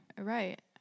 right